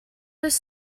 does